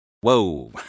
Whoa